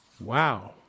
Wow